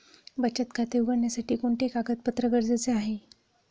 बचत खाते उघडण्यासाठी कोणते कागदपत्रे गरजेचे आहे?